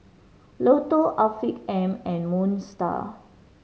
Lotto Afiq M and Moon Style